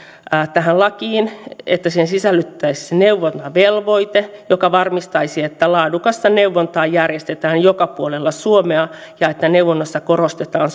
tähän lakiin sisällytettäisiin neuvontavelvoite joka varmistaisi että laadukasta neuvontaa järjestetään joka puolella suomea ja että neuvonnassa korostetaan